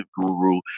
guru